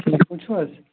ٹھیٖک پٲٹھۍ چھُو حظ